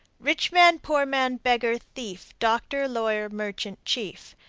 rich man, poor man, beggar, thief, doctor, lawyer, merchant, chief.